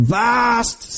vast